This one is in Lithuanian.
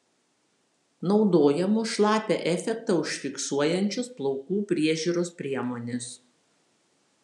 naudojamos šlapią efektą užfiksuojančios plaukų priežiūros priemonės